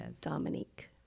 Dominique